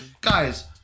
Guys